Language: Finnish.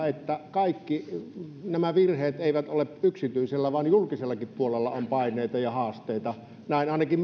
että kaikki nämä virheet eivät ole yksityisellä vaan julkisellakin puolella on paineita ja haasteita näin siellä työskennelleet ainakin